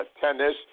tennis